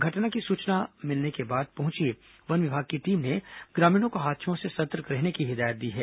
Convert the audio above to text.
घटना की सूचना मिलने के बाद पहुंची वन विभाग की टीम ने ग्रामीणों को हाथियों से सतर्क रहने की हिदायत दी है